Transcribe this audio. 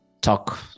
talk